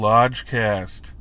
LodgeCast